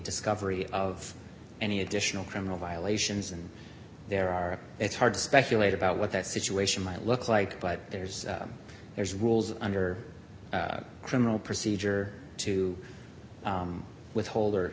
discovery of any additional criminal violations and there are it's hard to speculate about what that situation might look like but there's there's rules under criminal procedure to withhold or